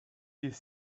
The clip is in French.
des